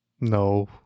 No